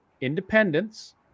independence